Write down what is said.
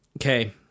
okay